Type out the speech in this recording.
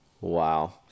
wow